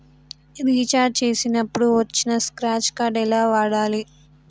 Recharge చేసినప్పుడు వచ్చిన scratch card ఎలా వాడాలి?